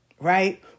right